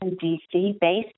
D.C.-based